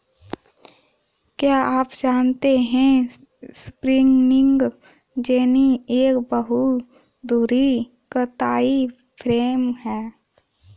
क्या आप जानते है स्पिंनिंग जेनि एक बहु धुरी कताई फ्रेम है?